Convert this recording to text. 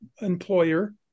employer